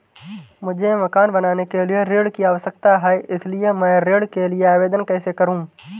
मुझे मकान बनाने के लिए ऋण की आवश्यकता है इसलिए मैं ऋण के लिए आवेदन कैसे करूं?